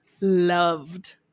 loved